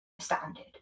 astounded